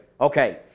Okay